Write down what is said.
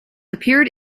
appeared